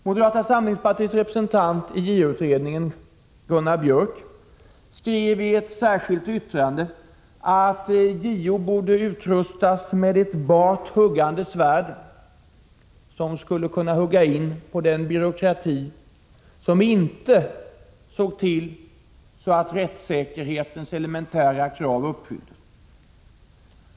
Moderata samlingspartiets representant i JO-utredningen, Gunnar Biörck i Värmdö, skrev i ett särskilt yttrande att JO borde utrustas med ett bart huggande svärd, som skulle kunna hugga in på den byråkrati som inte såg till att rättssäkerhetens elementära krav uppfylldes.